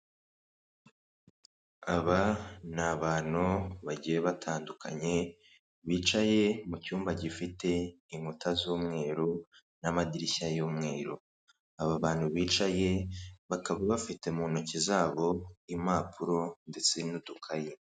Aba ni abantu bagiye batandukanye bicaye mu cyumba gifite inkuta z'umweru n'amadirishya y'umweru. Aba bantu bicaye bakaba bafite mu ntoki zabo impapuro ndetse n'udukayi.